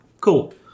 Cool